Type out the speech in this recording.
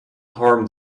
harm